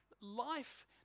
life